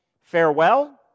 farewell